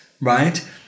right